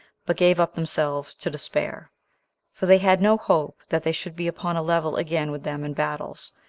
but gave up themselves to despair for they had no hope that they should be upon a level again with them in battles,